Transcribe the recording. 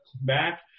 back